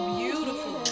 beautiful